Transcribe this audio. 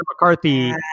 McCarthy